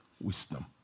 wisdom